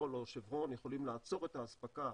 או 'שברון', יכולים לעצור את האספקה